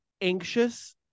anxious